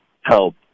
help